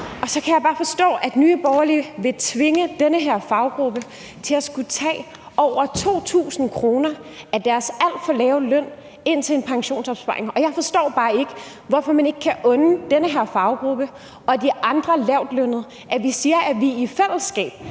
Så kan jeg bare forstå, at Nye Borgerlige vil tvinge den her faggruppe til at skulle tage over 2.000 kr. af deres alt for lave løn og betale ind til en pensionsopsparing. Jeg forstår bare ikke, hvorfor man ikke kan unde den her faggruppe og de andre lavtlønnede, at vi siger, at vi i fællesskab